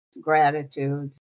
gratitude